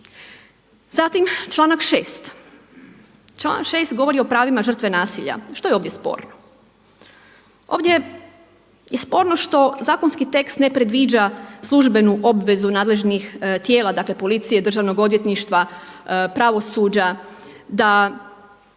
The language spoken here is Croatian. Zatim članak 6., članak 6. govori o pravima žrtve nasilja. Što je ovdje sporno? Ovdje je sporno što zakonski tekst ne predviđa službenu obvezu nadležnih tijela dakle policije, državnog odvjetništva, pravosuđa da